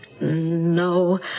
No